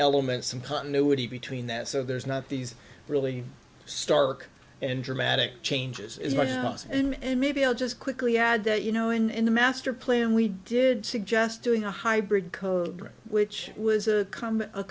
element some continuity between that so there's not these really stark and dramatic changes in my house and maybe i'll just quickly add that you know in in the master plan we did suggest doing a hybrid cobra which was a